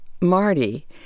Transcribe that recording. Marty